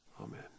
Amen